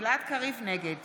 נגד